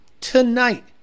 Tonight